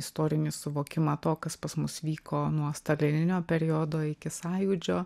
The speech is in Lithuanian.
istorinį suvokimą to kas pas mus vyko nuo stalininio periodo iki sąjūdžio